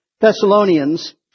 Thessalonians